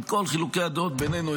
עם כל חילוקי הדעות בינינו,